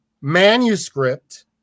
manuscript